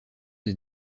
des